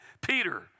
Peter